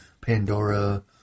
Pandora